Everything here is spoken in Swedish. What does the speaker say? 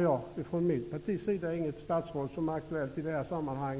där. Från mitt parti finns inget statsråd som är aktuellt i dessa sammanhang.